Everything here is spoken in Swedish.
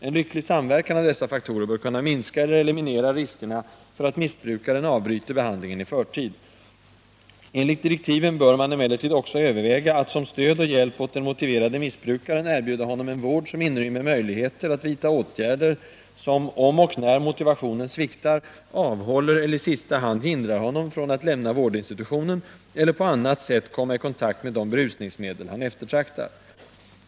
En lycklig samverkan av dessa faktorer bör kunna minska eller eliminera riskerna för att missbrukaren avbryter behandlingen i förtid. Enligt direktiven bör man emellertid också överväga att som stöd och hjälp åt den motiverade missbrukaren erbjuda honom en vård som inrymmer möjligheter att vidta åtgärder som — om och när motivationen sviktar — avhåller eller i sista hand hindrar honom från att lämna vårdinstitutionen eller på annat sätt komma i kontakt med de berusningsmedel han eftertraktar.